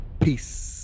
peace